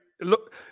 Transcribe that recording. look